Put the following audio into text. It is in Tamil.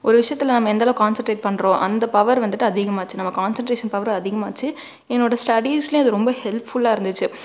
ஒரு விஷயத்தில் நம்ம எந்த அளவுக்கு கான்சன்ட்ரேட் பண்ணுறோம் அந்த பவர் வந்துட்டு அதிகமாச்சு நம்ம கான்சன்ட்ரேசன் பவர் அதிகமாச்சு என்னோடய ஸ்டடிஸ்லியும் அது ரொம்ப ஹெல்ப்ஃபுல்லாக இருந்துச்சு